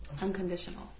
unconditional